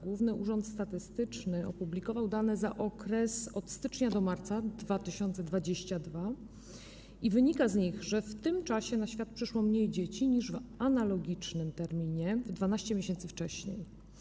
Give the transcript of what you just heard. Główny Urząd Statystyczny opublikował dane za okres od stycznia do marca 2022 r., z których wynika, że w tym czasie na świat przyszło mniej dzieci niż w analogicznym okresie 12 miesięcy wcześniej.